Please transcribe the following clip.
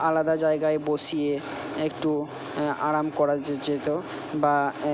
আলাদা জায়গায় বসিয়ে একটু আরাম করা যেত বা